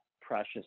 precious